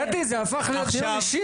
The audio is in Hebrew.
קטי, זה הפך להיות דיון אישי?